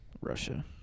Russia